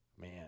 Man